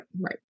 right